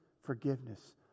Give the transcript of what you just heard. forgiveness